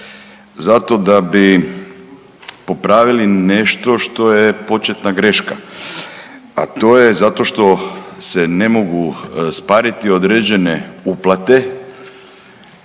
zato da bi popravili nešto što je početna greška, a to je zato što se ne mogu spariti određene uplate